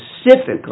specifically